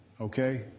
Okay